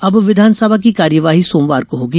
अब विधानसभा की कार्यवाही सोमवार को होगी